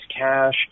cash